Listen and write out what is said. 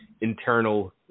internal